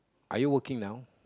are you working now